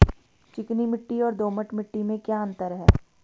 चिकनी मिट्टी और दोमट मिट्टी में क्या क्या अंतर है?